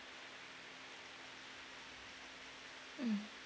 mm